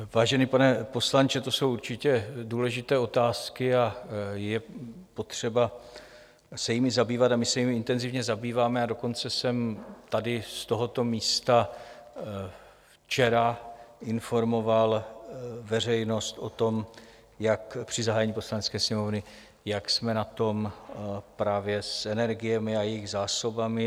Vážený pane poslanče, to jsou určitě důležité otázky, je potřeba se jimi zabývat, my se jimi intenzivně zabýváme, a dokonce jsem tady z tohoto místa včera informoval veřejnost při zahájení Poslanecké sněmovny o tom, jak jsme na tom právě s energiemi a jejich zásobami.